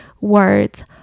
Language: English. words